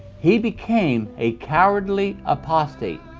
he became a cowardly apostate.